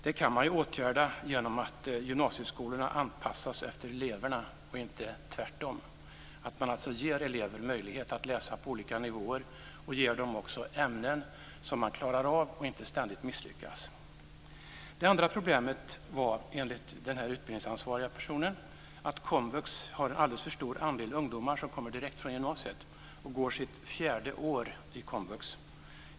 Det kan man ju åtgärda genom att gymnasieskolorna anpassas efter eleverna, och inte tvärtom, och genom att man ger elever möjlighet att läsa på olika nivåer och ger dem ämnen som de klarar av så att de inte ständigt misslyckas. Det andra problemet var enligt den här utbildningsansvariga personen att komvux har en alldeles för stor andel ungdomar som kommer direkt från gymnasiet och går sitt fjärde år i komvux.